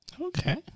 Okay